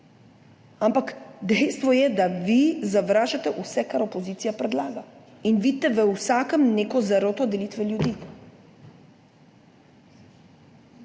Ampak dejstvo je, da vi zavračate vse, kar opozicija predlaga, in vidite v vsakem neko zaroto delitve ljudi.